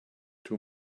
two